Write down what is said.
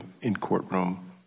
in-courtroom